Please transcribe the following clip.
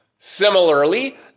similarly